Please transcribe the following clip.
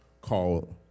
called